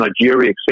Nigeria